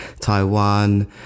Taiwan